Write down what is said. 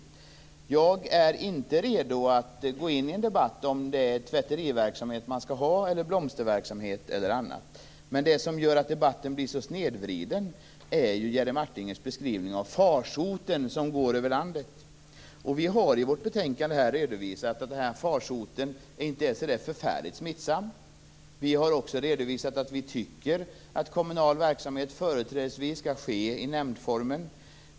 Jag är inte redo att gå in i en debatt om ifall det är tvätteriverksamhet, blomsterverksamhet eller annat som kommunerna skall ha. Det som gör att debatten blir så snedvriden är Jerry Martingers beskrivning av farsoten som går över landet. Vi har i betänkandet redovisat att farsoten inte är så där förfärligt smittsam. Vi har också redovisat att vi tycker att kommunal verksamhet företrädesvis skall ske i nämndform.